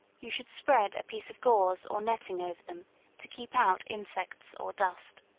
you should spread a piece of gauze or netting over them to keep out insects or dust.